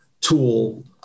tool